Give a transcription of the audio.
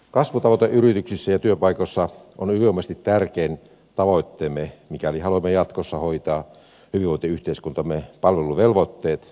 kasvutavoite yrityksissä ja työpaikoissa on ylivoimaisesti tärkein tavoitteemme mikäli haluamme jatkossa hoitaa hyvinvointiyhteiskuntamme palveluvelvoitteet ja velkamme